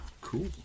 Cool